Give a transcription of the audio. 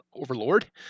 Overlord